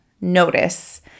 notice